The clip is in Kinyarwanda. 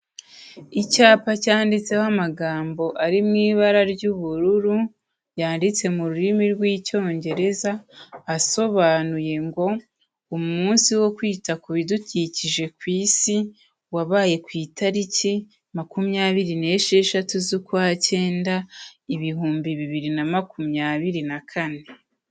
Icyapa cyanditseho amagambo ari mu ibara ry'ubururu yanditse mu rurimi rw'Icyongereza, asobanuye ngo umunsi wo kwita ku bidukikije ku isi wabaye ku itariki makumyabiri n'esheshatu z'ukwa cyenda, ibihumbi bibiri na makumyabiri na kane.